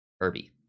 Irby